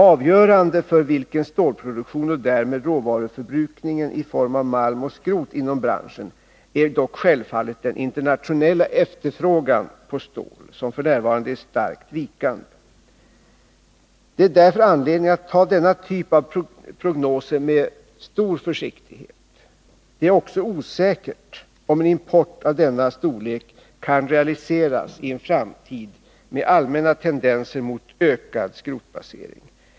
Avgörande för storleken av stålproduktionen och därmed för råvaruförbrukningen i form av malm och skrot inom branschen är självfallet den internationella efterfrågan på stål, som f. n. är starkt vikande. Det finns därför anledning att ta denna typ av prognoser med stor försiktighet. Det är också osäkert om en import av denna storlek kan realiseras i en framtid med allmänna tendenser till ökad skrotbasering.